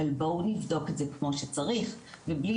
אבל בואו נבדוק את זה כמו שצריך ובלי